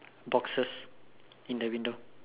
boxes in the window